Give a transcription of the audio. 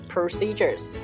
Procedures